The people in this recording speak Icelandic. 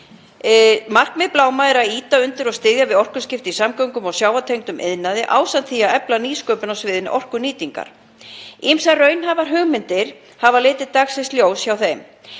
Markmið Bláma er að ýta undir og styðja við orkuskipti í samgöngum og sjávartengdum iðnaði ásamt því að efla nýsköpun á sviði orkunýtingar. Ýmsar raunhæfar hugmyndir hafa litið dagsins ljós hjá þeim.